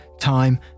time